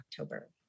October